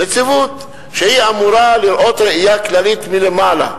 שהיא אמורה לראות ראייה כללית מלמעלה,